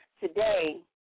today